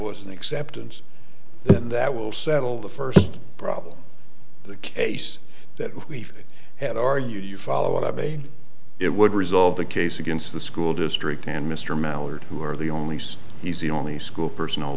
an acceptance then that will settle the first problem the case that we've had our you follow it up a it would resolve the case against the school district and mr mallard who are the only so he's the only school person